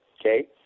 okay